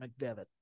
McDevitt